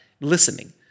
listening